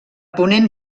ponent